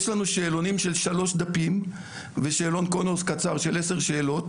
יש לנו שאלונים של שלוש דפים ושאלון קונוס קצר של עשר שאלות,